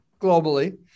globally